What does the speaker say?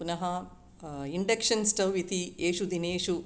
पुनः induction stove इति एषु दिनेषु